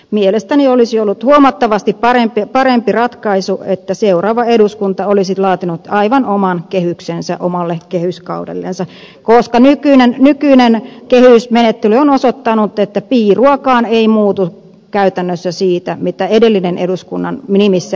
mielestäni olisi ollut huomattavasti parempi ratkaisu että seuraava eduskunta olisi laatinut aivan oman kehyksensä omalle kehyskaudellensa koska nykyinen kehysmenettely on osoittanut että piiruakaan ei muutu käytännössä siitä mitä edellisen eduskunnan nimissä on tehty